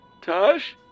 Tosh